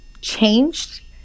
changed